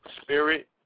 spirit